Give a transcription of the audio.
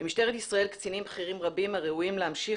במשטרת ישראל קצינים רבים הראויים להמשיך